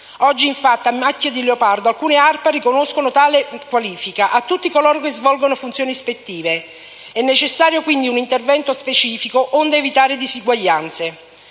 Oggi, infatti, a macchia di leopardo alcune ARPA riconoscono tale qualifica a tutti coloro che svolgono funzioni ispettive. È necessario, quindi, un intervento specifico onde evitare diseguaglianze.